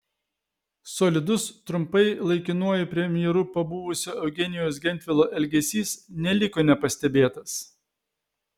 solidus trumpai laikinuoju premjeru pabuvusio eugenijaus gentvilo elgesys neliko nepastebėtas